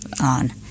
on